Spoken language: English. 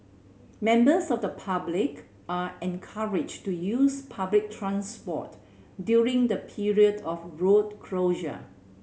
members of the public are encouraged to use public transport during the period of road closure